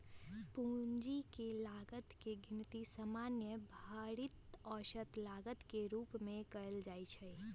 पूंजी के लागत के गिनती सामान्य भारित औसत लागत के रूप में कयल जाइ छइ